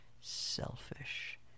selfish